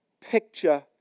picture